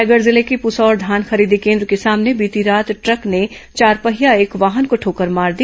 रायगढ़ जिले के पुसौर धान खरीदी केन्द्र के सामने बीती रात ट्रक ने चारपहिया एक वाहन को ठोकर मार दी